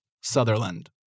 Sutherland